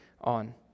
on